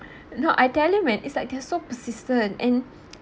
no I tell him when it's like they're so persistent and